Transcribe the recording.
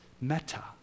Meta